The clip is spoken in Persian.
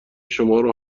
شمارو